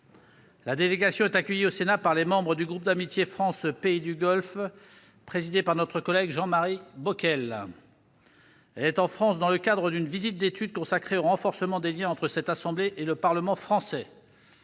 La délégation est accueillie au Sénat par les membres du groupe d'amitié France-Pays du Golfe, présidé par notre collègue Jean-Marie Bockel. Elle se trouve en France dans le cadre d'une visite d'étude consacrée au renforcement des liens entre l'Assemblée nationale du Koweït et le Parlement français.